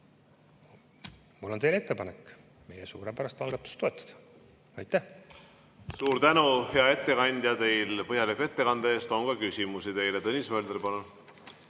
Mul on teile ettepanek meie suurepärast algatust toetada. Aitäh!